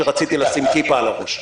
שרציתי לשים כיפה על הראש.